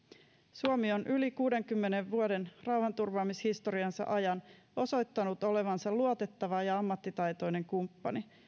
suomi on yli kuudenkymmenen vuoden rauhanturvaamishistoriansa ajan osoittanut olevansa luotettava ja ammattitaitoinen kumppani